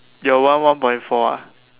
your one one point four ah